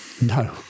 No